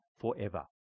forever